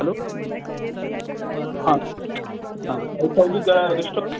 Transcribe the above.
hello हां हां अय सावली गा रेस्टॉरण